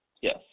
Yes